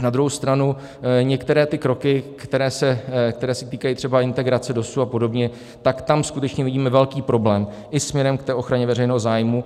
Na druhou stranu některé kroky, které se týkají třeba integrace DOSu a podobně, tak tam skutečně vidíme velký problém i směrem k ochraně veřejného zájmu.